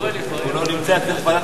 והחוזה שעשה אברהם אבינו עם עפרון,